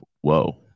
Whoa